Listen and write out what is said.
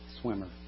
swimmer